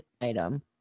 item